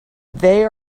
they